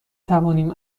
توانیم